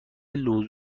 لوزر